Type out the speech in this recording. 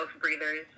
breathers